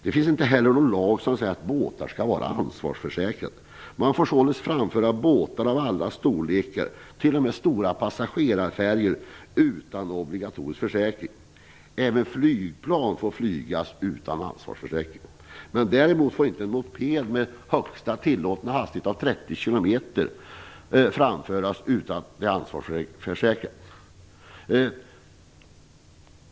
Det finns inte heller någon lag som säger att båtar skall vara ansvarsförsäkrade. Man får således framföra båtar av alla storlekar, t.o.m. stora passagerarfärjor, utan obligatorisk försäkring. Även flygplan får flygas utan ansvarsförsäkring. Däremot får inte en moped med högsta tillåtna hastighet av 30 km framföras utan att den är ansvarsförsäkrad.